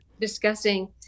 discussing